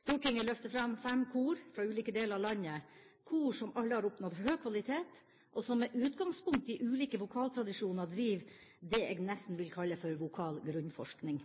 Stortinget løfter fram fem kor fra ulike deler av landet, kor som alle har oppnådd høy kvalitet, og som med utgangspunkt i ulike vokaltradisjoner driver det jeg nesten vil kalle vokal grunnforskning.